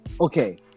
Okay